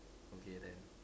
okay then